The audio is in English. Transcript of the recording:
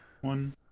one